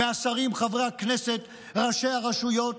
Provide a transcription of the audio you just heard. מהשרים, חברי הכנסת, ראשי הרשויות,